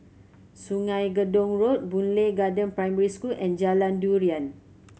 Sungei Gedong Road Boon Lay Garden Primary School and Jalan Durian